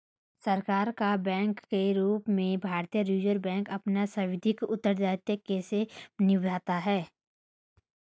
सरकार का बैंकर के रूप में भारतीय रिज़र्व बैंक अपना सांविधिक उत्तरदायित्व कैसे निभाता है?